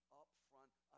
upfront